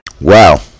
Wow